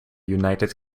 united